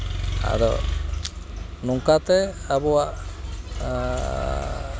ᱟᱫᱚ ᱱᱚᱝᱠᱟᱛᱮ ᱟᱵᱚᱣᱟᱜ